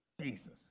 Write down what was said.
Jesus